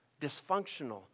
dysfunctional